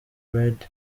red